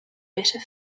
better